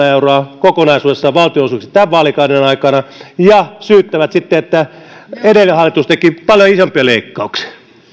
euroa kokonaisuudessaan valtionosuuksista tämän vaalikauden aikana ja syyttävät sitten että edellinen hallitus teki paljon isompia leikkauksia